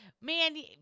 man